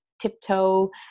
tiptoe